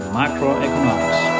macroeconomics